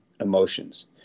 emotions